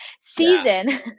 season